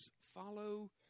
follow